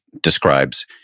describes